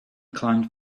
climbed